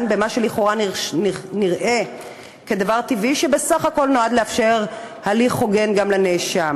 במה שלכאורה נראה כדבר טבעי שבסך הכול נועד לאפשר הליך הוגן גם לנאשם,